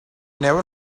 never